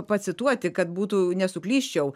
pacituoti kad būtų nesuklysčiau